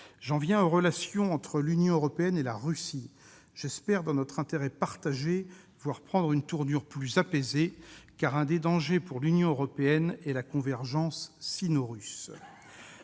J'en viens aux relations entre l'Union européenne et la Russie, que j'espère, dans notre intérêt partagé, voir prendre une tournure plus apaisée, car l'un des dangers pour l'Union européenne est la convergence sino-russe.